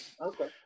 Okay